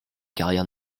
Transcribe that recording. carrière